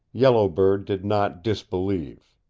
yellow bird did not disbelieve.